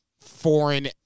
foreign